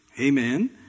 Amen